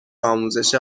آموزش